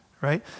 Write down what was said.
right